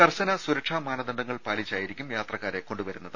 കർശന സുരക്ഷാ മാനദണ്ഡങ്ങൾ പാലിച്ചായിരിക്കും യാത്രക്കാരെ കൊണ്ടുവരുന്നത്